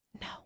No